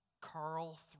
Carl